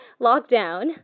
lockdown